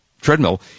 treadmill